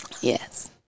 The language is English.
Yes